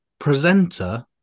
Presenter